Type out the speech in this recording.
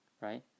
Right